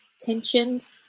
tensions